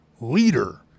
leader